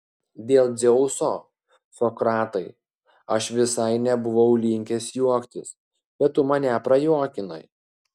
dėl dzeuso sokratai aš visai nebuvau linkęs juoktis bet tu mane prajuokinai